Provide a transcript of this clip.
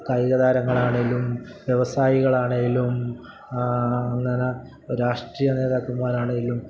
കായിക താരങ്ങളാണെങ്കിലും വ്യവസായികളാണെങ്കിലും അങ്ങനെ രാഷ്ട്രീയ നേതാക്കന്മാരാണെങ്കിലും